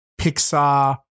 Pixar